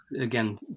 again